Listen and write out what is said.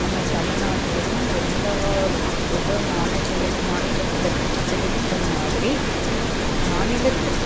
நம்ம தமிழ்நாட்டிலையும் எல்லாரும் ஒவ்வொரு மாநித்தில் மாநிலத்தில் பிரித்த மாதிரி மாநிலத்து